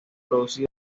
producida